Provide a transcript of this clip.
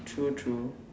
true true